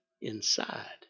inside